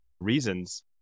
reasons